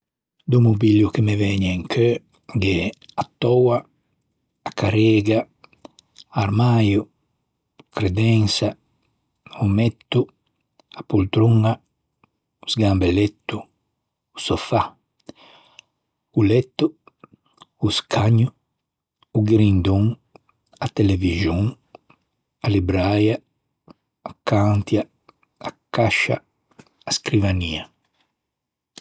Do mobilio che me vëgne in cheu gh'é: a töa, a carrega, armäio, credensa, l'òmmetto, a poltroña, o sgambeletto, o sofà, o letto, o scagno, o grindon, a televixon, a libbraia, a cantia, a cascia, a scrivania.